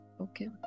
Okay